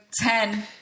Ten